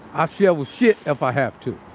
ah shovel shit if i have to.